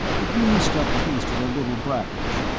the green stuff tasted a little brackish,